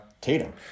Tatum